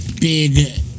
big